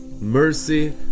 Mercy